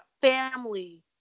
family